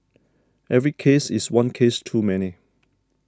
every case is one case too many